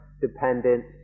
Dependent